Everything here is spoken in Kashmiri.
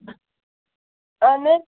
اَہن حظ